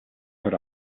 put